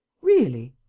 really!